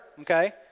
okay